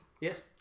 Yes